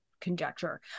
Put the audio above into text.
conjecture